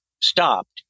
stopped